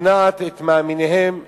הסכנות אורבות לכל אחד ואחד מילדינו.